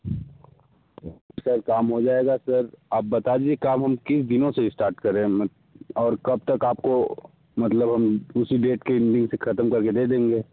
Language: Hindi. सर काम हो जायेगा सर आप बता दीजिए काम हम किस दिनों से स्टार्ट करें और कब तक आपको मतलब हम उसी डेट के दिन से ख़त्म करके दे देंगे